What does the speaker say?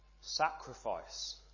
sacrifice